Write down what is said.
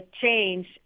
change